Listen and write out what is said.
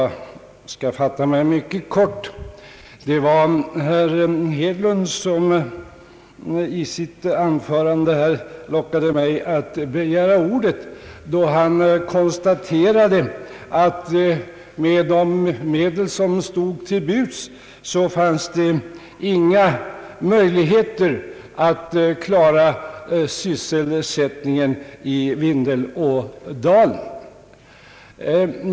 Herr talman! Jag skall försöka att fatta mig kort. Det var herr Hedlund som lockade mig att begära ordet då han i sitt anförande konstaterade att med de medel som stod till buds fanns det inga möjligheter att klara sysselsättningsproblemet i Vindelådalen.